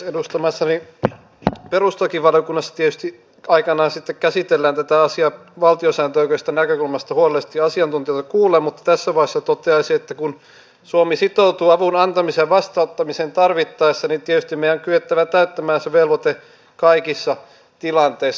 edustamassani perustuslakivaliokunnassa tietysti aikanaan sitten käsitellään tätä asiaa valtiosääntöoikeudellisesta näkökulmasta huolellisesti asiantuntijoita kuulleen mutta tässä vaiheessa toteaisin että kun suomi sitoutuu avun antamiseen ja vastaanottamiseen tarvittaessa niin tietysti meidän on kyettävä täyttämään se velvoite kaikissa tilanteissa